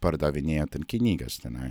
pardavinėja ten knygas tenai